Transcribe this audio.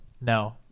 No